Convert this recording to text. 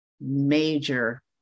major